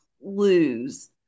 lose